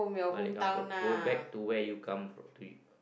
balik kampun go back to where you come from do you